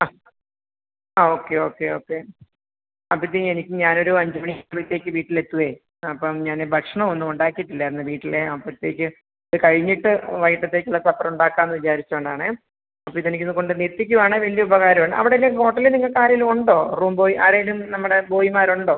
അ ആ okay okay okay അപ്പത്തേക്ക് എനിക്ക് ഞാനൊരു അഞ്ച് മണി ആവുമ്പത്തേക്ക് വീട്ടിലെത്തുവേ അപ്പം ഞാൻ ഭക്ഷണം ഒന്നും ഉണ്ടാക്കിയിട്ടില്ലായിരുന്നു വീട്ടിലേ അപ്പഴ്ത്തേക്ക് ഇത് കഴിഞ്ഞിട്ട് വൈകീട്ടത്തേക്കുള്ള സപ്പർ ഉണ്ടാക്കാമെന്ന് വിചാരിച്ചതുകൊണ്ടാണേ അപ്പോൾ ഇതെനിക്ക് ഒന്ന് കൊണ്ടുവന്ന് എത്തിക്കുകയാണെങ്കിൽ വലിയ ഉപകാരമാണ് അവിടേല് ഹോട്ടലിൽ നിങ്ങൾക്കാരെങ്കിലും ഉണ്ടോ റൂം ബോയ് ആരെങ്കിലും നമ്മുടെ ബോയ്മാരുണ്ടോ